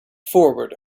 forward